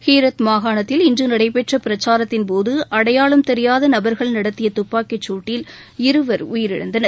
ஹீரத் மாகாணத்தில் இன்று நடைபெற்ற பிரச்சாரத்தின்போது அடையாளம் தெரியாத நபர்கள் நடத்திய துப்பாக்கிச்சூட்டில் இருவர் உயிரிழந்தனர்